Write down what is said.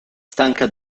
stanca